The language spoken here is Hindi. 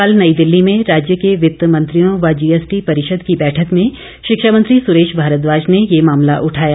कल नई दिल्ली में राज्य के वित्त मंत्रियों व जीएसटी परिषद की बैठक में शिक्षा मंत्री सुरेश भारद्वाज ने ये मामला उठाया